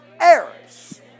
heirs